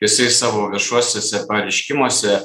jisai savo viešuosiuose pareiškimuose